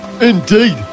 Indeed